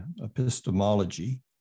epistemology